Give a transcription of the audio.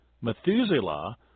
Methuselah